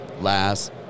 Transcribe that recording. last